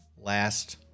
last